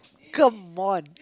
come on